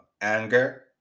Anger